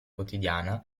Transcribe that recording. quotidiana